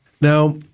Now